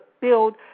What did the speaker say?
build